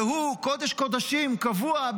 והוא קודש-קודשים קבוע,